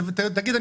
תגיד,